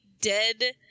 dead